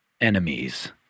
enemies